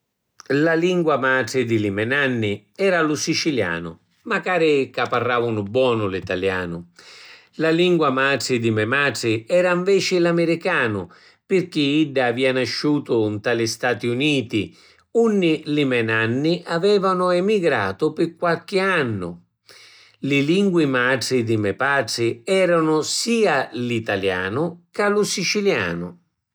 La lingua matri di li me’ nanni era lu sicilianu macari ca parravanu bonu l’italianu. La lingua matri di me matri era nveci l’amiricanu pirchì idda avia nasciutu nta li Stati Uniti unni li me’ nanni avevanu emigratu pi qualchi annu. Li lingui matri di me patri eranu sia l’italianu ca lu sicilianu.